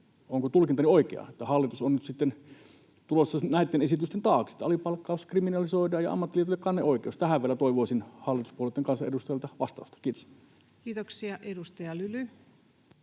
Onko tulkintani oikea, että hallitus on nyt sitten tulossa näitten esitysten taakse, että alipalkkaus kriminalisoidaan ja ammattiliitoille kanneoikeus? Tähän vielä toivoisin hallituspuolueitten kansanedustajilta vastausta. — Kiitos. [Speech 134]